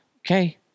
okay